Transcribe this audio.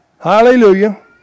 Hallelujah